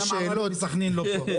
סח'נין לא פה.